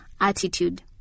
attitude